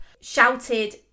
shouted